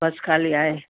बस ख़ाली आहे